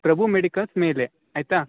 ಪ್ರಭು medicals ಮೇಲೆ ಆಯಿತಾ